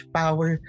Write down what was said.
power